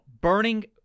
burning